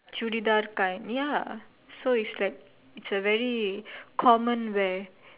churidar kind ya so it's like it's a very common wear